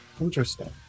Interesting